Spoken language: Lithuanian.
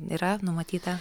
yra numatyta